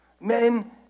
men